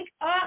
up